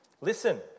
Listen